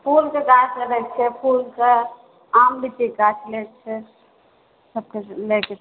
फूलके गाछ लेबएके छै फूलके आम लीचीके लएके छै सबके लएके छै